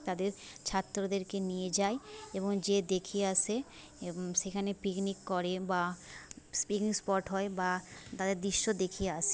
তাদের ছাত্রদেরকে নিয়ে যায় এবং যেয়ে দেখে আসে সেখানে পিকনিক করে বা পিকনিক স্পট হয় বা তাদের দৃশ্য দেখে আসে